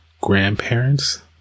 grandparents